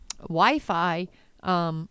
Wi-Fi